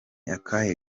akahe